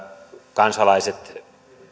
kansalaiset